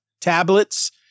tablets